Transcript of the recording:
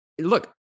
Look